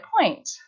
point